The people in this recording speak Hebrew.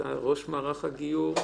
שאתה ראש מערך זה חי בתוכנו.